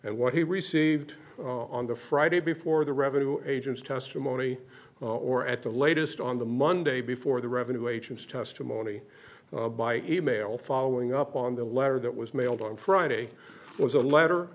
what he received on the friday before the revenue agent's testimony or at the latest on the monday before the revenue agent's testimony by email following up on the letter that was mailed on friday was a letter